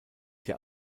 der